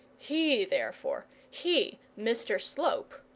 he, therefore, he, mr slope,